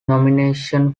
nomination